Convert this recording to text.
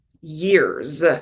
years